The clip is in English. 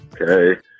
Okay